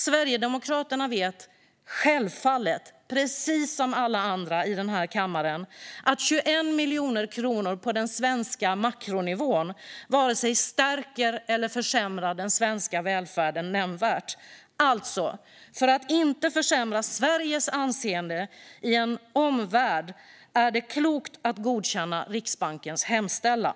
Sverigedemokraterna vet självfallet, precis som alla andra i denna kammare, att 21 miljoner kronor på den svenska makronivån varken stärker eller försämrar den svenska välfärden nämnvärt. För att inte försämra Sveriges anseende i en omvärld är det alltså klokt att godkänna Riksbankens hemställan.